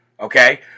Okay